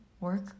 work